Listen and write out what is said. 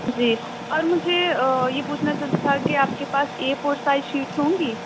جی اور مجھے یہ پوچھنا تھا کہ آپ کے پاس اے فور سائز شیٹ تو ہوں گی